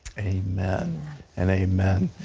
amen. and amen.